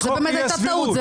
זאת באמת הייתה טעות.